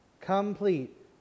complete